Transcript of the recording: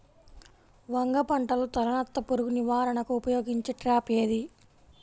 వంగ పంటలో తలనత్త పురుగు నివారణకు ఉపయోగించే ట్రాప్ ఏది?